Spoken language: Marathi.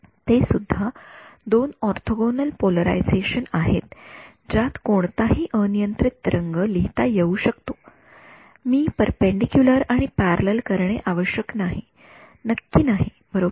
ते सुद्धा दोन ऑर्थोगोनल पोलरायझेशन आहेत ज्यात कोणताही अनियंत्रित तरंग लिहिता येऊ शकतो मी पेरपेंडीक्युलर आणि पॅरलल करणे आवश्यक नाही नक्की नाही बरोबर